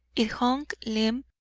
it hung limp,